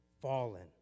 fallen